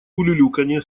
улюлюканье